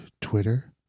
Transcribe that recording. Twitter